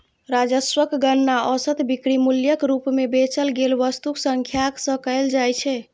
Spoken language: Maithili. राजस्वक गणना औसत बिक्री मूल्यक रूप मे बेचल गेल वस्तुक संख्याक सं कैल जाइ छै